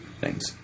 Thanks